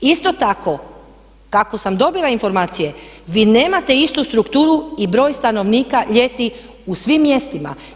Isto tako kako sam dobila informacije vi nemate istu strukturu i broj stanovnika ljeti u svim mjestima.